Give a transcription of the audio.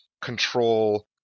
control